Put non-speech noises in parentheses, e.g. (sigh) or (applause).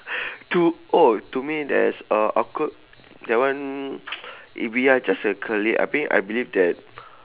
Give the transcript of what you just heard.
(breath) to oh to me there's uh awkward that one (noise) if we are just a colleague I mean I believe that